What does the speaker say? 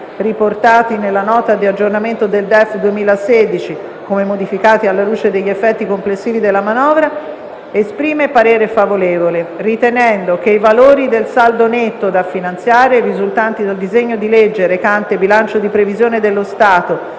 riportati nella Nota di aggiornamento del DEF 2016, come modificati alla luce degli effetti complessivi della manovra; esprime parere favorevole ritenendo che i valori del saldo netto da finanziate risultanti dal disegno di legge recante bilancio di previsione dello Stato